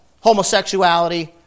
homosexuality